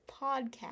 podcast